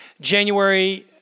January